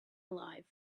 alive